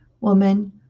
Woman